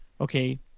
okay